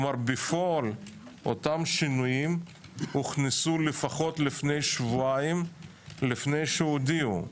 כלומר בפועל אותם שינויים הוכנסו לפחות לפני שבועיים לפני שהודיעו.